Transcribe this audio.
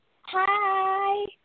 Hi